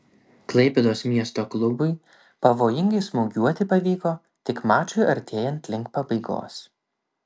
klaipėdos miesto klubui pavojingai smūgiuoti pavyko tik mačui artėjant link pabaigos